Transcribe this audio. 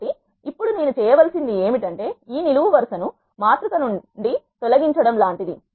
కాబట్టి ఇప్పుడు నేను చేయవలసినది ఏమిటంటే ఈ నిలువు వరుస ను మాతృక నుండి తొలగించడం లాంటి ది